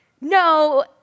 No